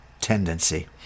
tendency